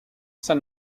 san